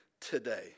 today